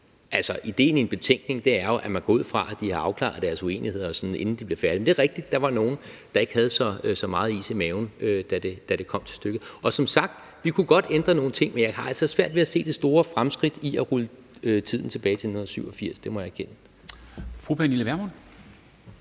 Altså, ideen i en betænkning er jo, at man går ud fra, at de har afklaret deres uenigheder, inden de bliver færdige. Men det er rigtigt, at der var nogle, der ikke havde så meget is i maven, da det kom til stykket. Og som sagt: Vi kunne godt ændre nogle ting, men jeg har altså svært ved at se det store fremskridt i at rulle tiden tilbage til 1987. Det må jeg erkende. Kl. 13:48 Formanden